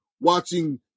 watching